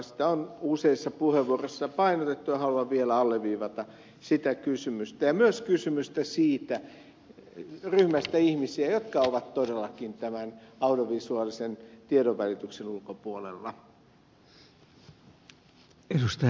sitä on useissa puheenvuoroissa painotettu ja haluan vielä alleviivata sitä kysymystä ja myös kysymystä siitä ryhmästä ihmisiä jotka ovat todellakin tämän audiovisuaalisen tiedonvälityksen ulkopuolella